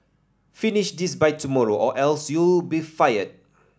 finish this by tomorrow or else you'll be fired